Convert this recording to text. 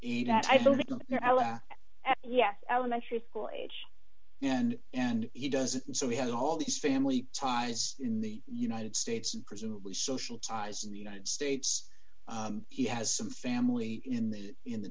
know yet elementary school age and and he does it so we have all these family ties in the united states and presumably social ties in the united states he has some family in the in the